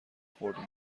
خوردیم